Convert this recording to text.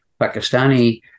Pakistani